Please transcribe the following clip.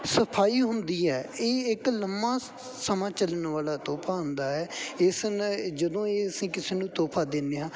ਸਫ਼ਾਈ ਹੁੰਦੀ ਹੈ ਇਹ ਇੱਕ ਲੰਮਾ ਸਮਾਂ ਚੱਲਣ ਵਾਲਾ ਤੋਹਫ਼ਾ ਹੁੰਦਾ ਹੈ ਇਸ ਨ ਜਦੋਂ ਇਹ ਅਸੀਂ ਕਿਸੇ ਨੂੰ ਤੋਹਫ਼ਾ ਦਿੰਦੇ ਹਾਂ